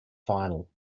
final